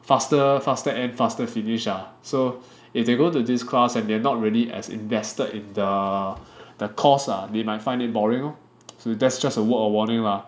faster faster end faster finish ah so if they go to this class and they're not really as invested in the the costs ah they might find it boring lor so that's just a word of warning lah